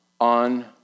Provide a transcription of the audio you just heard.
on